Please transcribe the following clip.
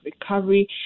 recovery